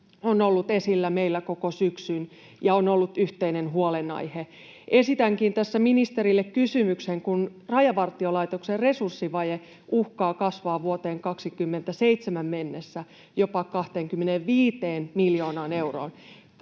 on ollut esillä meillä koko syksyn ja on ollut yhteinen huolenaihe. Esitänkin tässä ministerille kysymyksen, kun Rajavartiolaitoksen resurssivaje uhkaa kasvaa vuoteen 27 mennessä jopa 25 miljoonaan euroon: